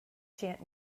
chant